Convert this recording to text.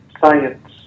science